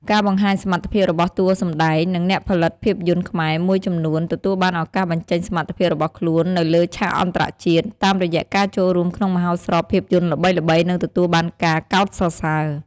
ការបង្ហាញសមត្ថភាពរបស់តួសម្ដែង និងអ្នកផលិតភាពយន្តខ្មែរមួយចំនួនទទួលបានឱកាសបញ្ចេញសមត្ថភាពរបស់ខ្លួននៅលើ ឆាកអន្តរជាតិ តាមរយៈការចូលរួមក្នុងមហោស្រពភាពយន្តល្បីៗ និងទទួលបានការកោតសរសើរ។